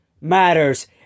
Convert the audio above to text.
matters